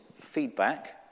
feedback